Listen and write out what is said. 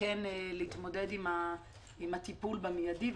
כן להתמודד עם הטיפול במיידי,